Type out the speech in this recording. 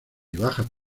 bajas